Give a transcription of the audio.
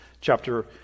chapter